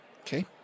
Okay